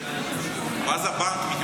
כי אתה מפקיד